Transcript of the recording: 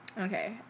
Okay